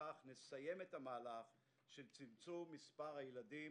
ובכך נסיים את המהלך של צמצום מספר הילדים